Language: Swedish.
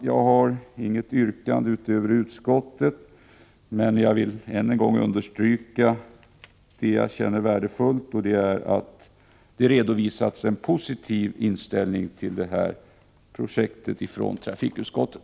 Jag har inget yrkande utöver utskottets, men jag vill än en gång understryka det jag känner som värdefullt, att trafikutskottet har redovisat en positiv inställning till det här projektet.